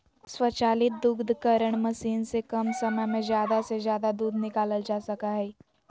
स्वचालित दुग्धकरण मशीन से कम समय में ज़्यादा से ज़्यादा दूध निकालल जा सका हइ